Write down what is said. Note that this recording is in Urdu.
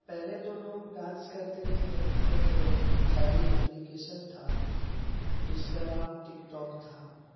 پہلے تو لوگ ڈانس کرتے تھے ایک چائنیز اپلیکیشن تھا جس کا نام ٹک ٹاک تھا